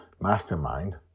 Mastermind